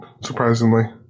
surprisingly